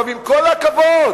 עם כל הכבוד,